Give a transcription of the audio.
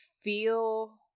feel